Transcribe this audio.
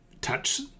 touch